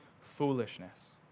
foolishness